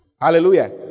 Hallelujah